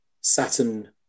Saturn